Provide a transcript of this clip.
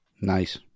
Nice